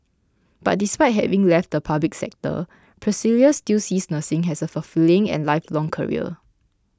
but despite having left the public sector Priscilla still sees nursing as a fulfilling and lifelong career